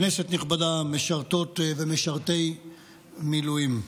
כנסת נכבדה, משרתות ומשרתי מילואים,